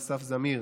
אסף זמיר,